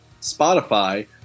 Spotify